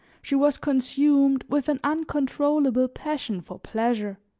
she was consumed with an uncontrollable passion for pleasure.